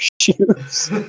shoes